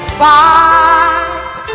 fight